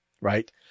right